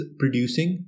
producing